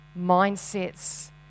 mindsets